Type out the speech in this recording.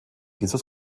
jesus